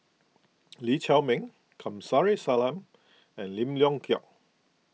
Lee Chiaw Meng Kamsari Salam and Lim Leong Geok